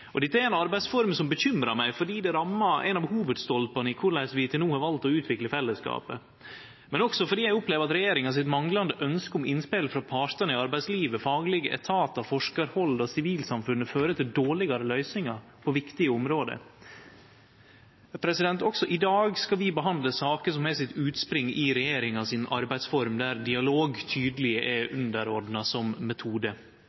Dette er ei arbeidsform som uroar meg, fordi det rammar ein av hovudstolpane i korleis vi til no har valt å utvikle fellesskapet, men også fordi eg opplever at regjeringa sitt manglande ønskje om innspel frå partane i arbeidslivet, faglege etatar, forskarhald og sivilsamfunnet fører til dårlegare løysingar på viktige område. Også i dag skal vi behandle saker som har sitt utspring i regjeringa si arbeidsform, der dialog tydeleg er underordna som metode.